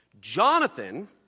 Jonathan